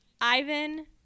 ivan